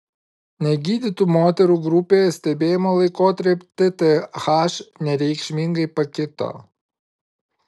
negydytų moterų grupėje stebėjimo laikotarpiu tth nereikšmingai pakito